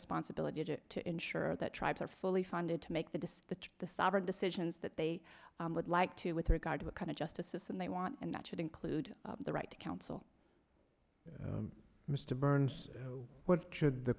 responsibility to ensure that tribes are fully funded to make the dispatch the sovereign decisions that they would like to with regard to what kind of justice system they want and that should include the right to counsel mr burns what should the